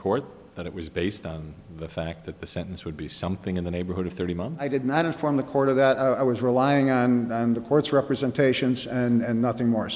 court that it was based on the fact that the sentence would be something in the neighborhood of thirty i did not inform the court of that i was relying on the porch representations and nothing more